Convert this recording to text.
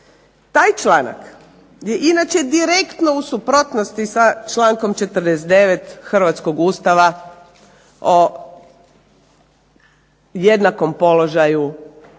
Taj članak je inače direktno u suprotnosti sa člankom 49. hrvatskoga Ustava o jednakom položaju